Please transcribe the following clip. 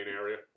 area